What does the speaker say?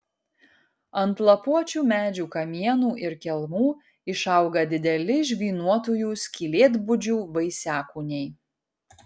ant lapuočių medžių kamienų ir kelmų išauga dideli žvynuotųjų skylėtbudžių vaisiakūniai